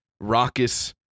raucous